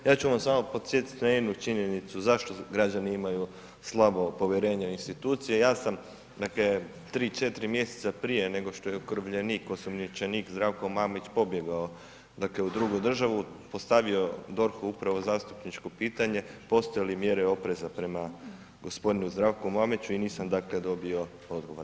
Ja ću vas samo podsjetiti na jednu činjenicu zašto građani imaju slabo povjerenje u institucije, ja sam dakle 3, 4 mj. prije nego što je okrivljenik, osumnjičenik Zdravko Mamić pobjegao dakle u drugu državu, postavio DORH-u upravo zastupničko pitanje, postoje li mjere opreza prema g. Zdravku Mamiću i nisam dakle dobio odgovor.